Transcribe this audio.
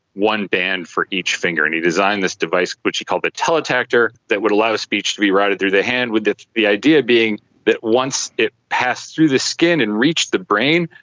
one band for each finger. and he designed this device which he called the teletactor that would allow speech to be routed through the hand, with the idea being that once it passed through the skin and reached the brain,